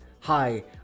hi